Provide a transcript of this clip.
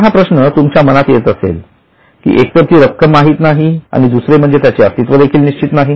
आता हा प्रश्न तुमच्या मनात येत असेल की एक तर ती रक्कम माहित नाही आणि दुसरे म्हणजे त्याचे अस्तित्व देखील निश्चित नाही